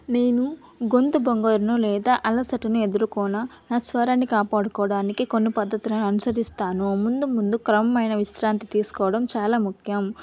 నేను గొంతు బొంగరును లేదా అలసటను ఎదుర్కొన్న నా స్వరాన్ని కాపాడుకోవడానికి కొన్ని పద్ధతులను అనుసరిస్తాను ముందు ముందు క్రమమైన విశ్రాంతి తీసుకోవడం చాలా ముఖ్యం